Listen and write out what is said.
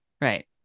right